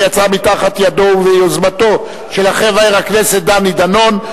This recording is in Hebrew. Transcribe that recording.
שיצאה מתחת ידו וביוזמתו של חבר הכנסת דני דנון.